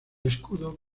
escudo